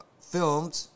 filmed